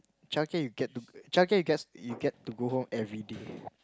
childcare you get to childcare you gets you get to go home every day